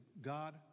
God